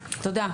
תודה.